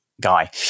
guy